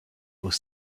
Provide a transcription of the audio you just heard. aux